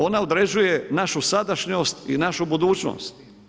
Ona određuje našu sadašnjost i našu budućnost.